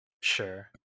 Sure